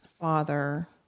father